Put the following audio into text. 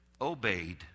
obeyed